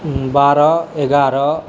बारह एगारह